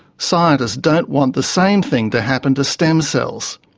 scientists don't want the same thing to happen to stem cells.